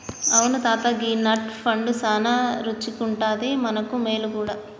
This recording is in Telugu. అవును తాత గీ నట్ పండు సానా రుచిగుండాది మనకు మేలు గూడా